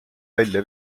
välja